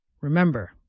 Remember